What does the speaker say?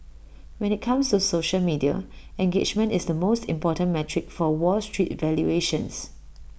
when IT comes to social media engagement is the most important metric for wall street valuations